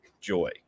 joy